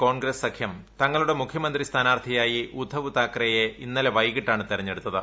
കോൺഗ്രസ് സഖ്യം തങ്ങളുടെ മുഖ്യമന്തി സ്ഥാനാർത്ഥിയായി ഉദ്ധവ് താക്കറെയെ ഇന്നലെ വൈകിട്ടാണ് തെരഞ്ഞെടുത്തത്